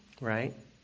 Right